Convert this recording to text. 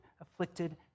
afflicted